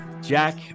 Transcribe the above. Jack